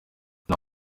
nta